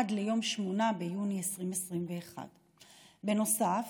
עד ליום 8 ביוני 2021. בנוסף,